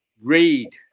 read